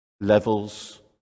levels